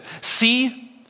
See